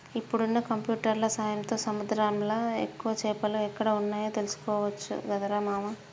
ఇప్పుడున్న కంప్యూటర్ల సాయంతో సముద్రంలా ఎక్కువ చేపలు ఎక్కడ వున్నాయో తెలుసుకోవచ్చట గదరా రామా